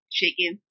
chicken